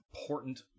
important